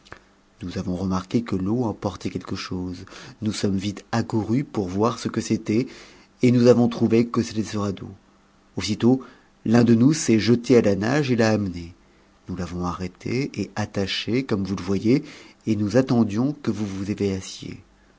nous avons remarqué que l'eau emportait quelque chose nous sommes vite accourus pour voir ce que c'était et nous avons trouvé que c'était ce radeau aussitôt l'un de nous s'est jeté à la nage et t'a amené nous l'avons arrêté et attaché comme vous le voyez et nous attendions que vous vous